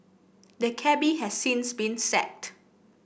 the cabby has since been sacked